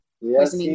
Yes